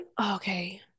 okay